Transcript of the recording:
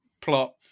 plot